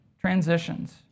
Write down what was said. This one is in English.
transitions